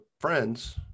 friends